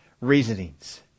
reasonings